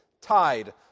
tied